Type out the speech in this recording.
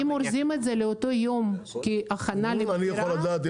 אם אורזים את זה לאותו יום כהכנה למכירה.